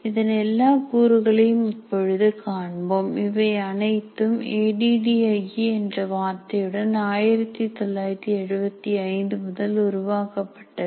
இதன் எல்லா கூறுகளையும் இப்போது காண்போம் இவை அனைத்தும் A D D I E என்ற வார்த்தையுடன் 1975 முதல் உருவாக்கப்பட்டது